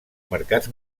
mercats